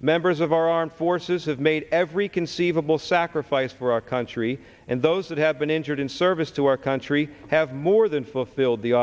members of our armed forces have made every conceivable sacrifice for our country and those that have been injured in service to our country have more than fulfill the